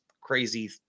crazy